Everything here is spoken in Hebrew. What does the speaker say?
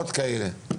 עוד כאלה.